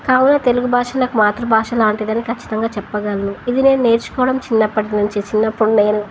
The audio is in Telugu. కావున తెలుగు భాష నాకు మాతృభాష లాంటిదని ఖచ్చితంగా చెప్పగలను ఇది నేను నేర్చుకోవడం చిన్నప్పటి నుంచి చిన్నప్పుడు నేను